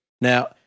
Now